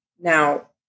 Now